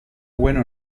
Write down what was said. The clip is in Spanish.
bueno